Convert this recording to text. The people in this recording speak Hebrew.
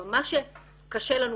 אבל מה שקשה לנו